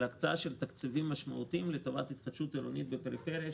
על הקצאה של תקציבים משמעותיים לטובת התחדשות עירונית בפריפריה,